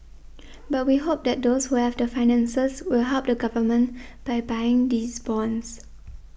but we hope that those who have the finances will help the Government by buying these bonds